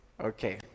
Okay